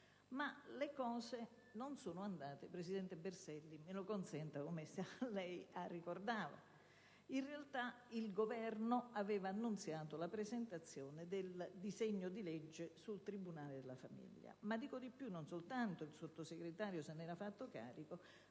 Le cose non sono andate, presidente Berselli, come lei ricordava, me lo consenta. In realtà, il Governo aveva annunziato la presentazione del disegno di legge sul tribunale della famiglia; ma dico di più, non soltanto la sottosegretaria Casellati se ne era fatta carico